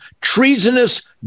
treasonous